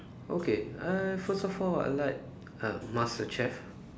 okay uh first of all I like uh master chef